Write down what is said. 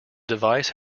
device